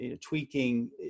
tweaking